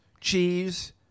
cheese